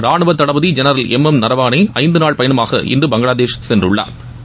ராணுவ தளபதி general M Naravane ஐந்து நாள் பயணமாக இன்று பங்ளாதேஷ் சென்றுள்ளாா்